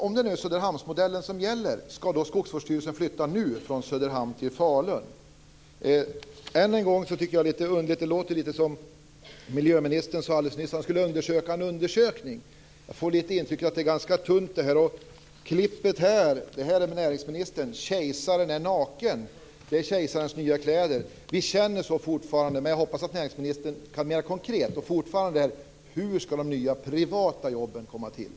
Om det är Söderhamnsmodellen som gäller, ska Skogsvårdsstyrelsen nu flytta från Miljöministern sade alldeles nyss att han ska undersöka en undersökning. Jag får intrycket att detta är tunt. Jag har här ett urklipp från en tidning där det står: "Kejsaren är naken!" Det är kejsarens nya kläder. Vi känner så fortfarande. Jag hoppas att näringsministern mer konkret kan svara på hur de privata jobben ska skapas.